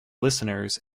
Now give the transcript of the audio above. listeners